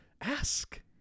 ask